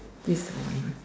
this the one